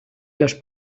los